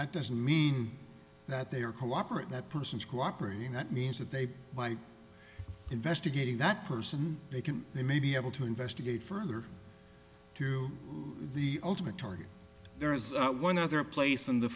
that doesn't mean that they are cooperate that person is cooperating that means that they like investigating that person they can they may be able to investigate further to the ultimate target there is one other place in the